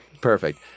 Perfect